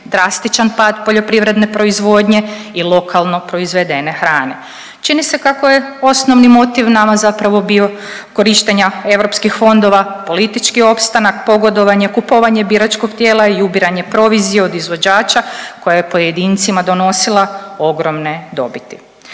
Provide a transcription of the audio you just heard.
drastičan pad poljoprivredne proizvodnje i lokalno proizvedene hrane. Čini se kako je osnovni motiv nama zapravo bio korištenja europskih fondova politički opstanak, pogodovanje, kupovanje biračkog tijela i ubiranje provizije od izvođača koja je pojedincima donosila ogromne dobiti.